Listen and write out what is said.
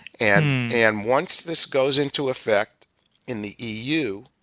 and and once this goes into effect in the eu,